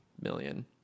million